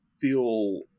feel